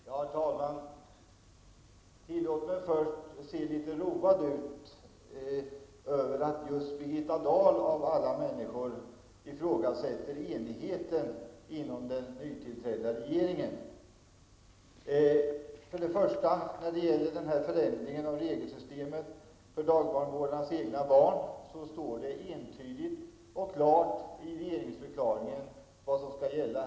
Herr talman! Tillåt mig först att se litet road ut över att just Birgitta Dahl av alla människor ifrågasätter enigheten inom den nytillträdda regeringen. När det gäller förändringen av regelsystemet för dagbarnvårdarnas egna barn står det entydigt och klart i regeringsförklaringen vad som skall gälla.